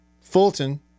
Fulton